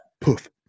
poof